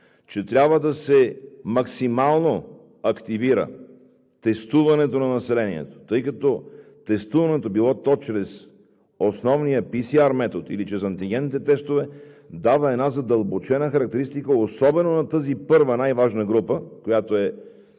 че трябва максимално да се активира тестуването на населението. Тестуването – било то чрез основния PCR метод, или чрез антигенните тестове, дава една задълбочена характеристика, особено на тази първа най-важна група, в която се